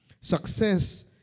Success